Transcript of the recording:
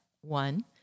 one